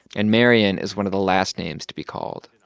and marian is one of the last names to be called.